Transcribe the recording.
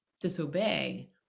disobey